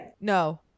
No